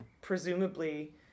presumably